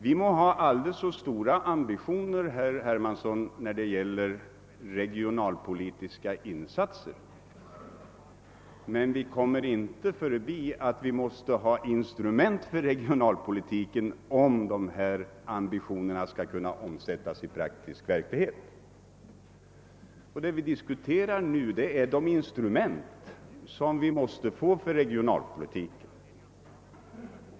Vi må ha aldrig så stora ambitioner, herr Hermansson, när det gäl ler regionalpolitiska insatser, men vi kommer inte förbi det faktum att vi måste ha instrument för dessa om våra ambitioner skall kunna omsättas i praktisk verklighet. Vad vi nu diskuterar är de instrument som vi måste få för regionalpolitiken.